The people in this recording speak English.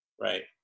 Right